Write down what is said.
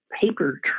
paper